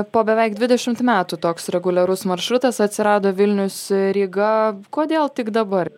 po beveik dvidešimt metų toks reguliarus maršrutas atsirado vilnius ryga kodėl tik dabar